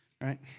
right